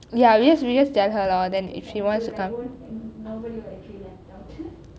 ya we just we just tell her then won't nobody will like feel left out